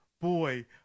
Boy